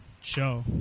show